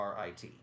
RIT